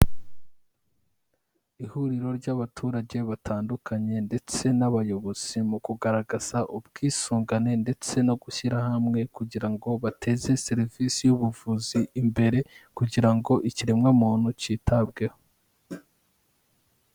Ihuriro ry'abaturage batandukanye ndetse n'abayobozi mu kugaragaza ubwisungane ndetse no gushyira hamwe kugira ngo bateze serivisi y'ubuvuzi imbere kugira ngo ikiremwamuntu cyitabweho.